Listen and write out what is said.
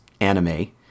anime